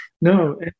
No